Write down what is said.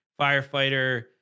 firefighter